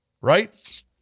right